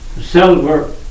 silver